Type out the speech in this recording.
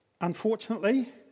Unfortunately